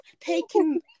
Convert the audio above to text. taking